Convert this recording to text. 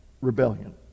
rebellion